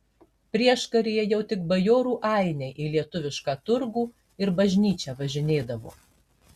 prieškaryje jau tik bajorų ainiai į lietuvišką turgų ir bažnyčią važinėdavo